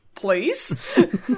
please